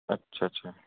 अच्छा अच्छा